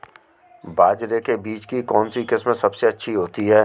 बाजरे के बीज की कौनसी किस्म सबसे अच्छी होती है?